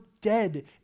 dead